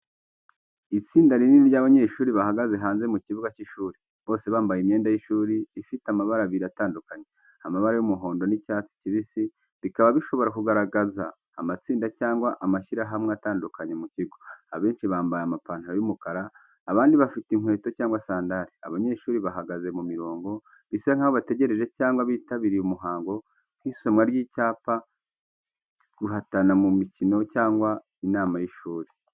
Itsinda rinini ry’abanyeshuri bahagaze hanze mu kibuga cy’ishuri. Bose bambaye imyenda y’ishuri ifite amabara abiri atandukanye: amabara y’umuhondo n’icyatsi kibisi, bikaba bishobora kugaragaza amatsinda cyangwa amashyirahamwe atandukanye mu kigo. Abenshi bambaye ipantaro y’umukara, abandi bafite inkweto cyangwa sandari. Abanyeshuri bahagaze mu mirongo, bisa nk’aho bategereje cyangwa bitabiriye umuhango nk’isomwa ry’ibyapa, guhatana mu mikino, cyangwa inama y’ishuri.